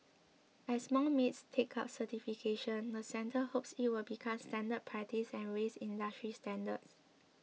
as more maids take up certification the centre hopes it will become standard practice and raise industry standards